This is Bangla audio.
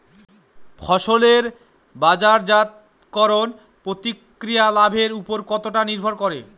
ফসলের বাজারজাত করণ প্রক্রিয়া লাভের উপর কতটা নির্ভর করে?